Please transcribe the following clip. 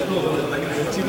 הדוכן.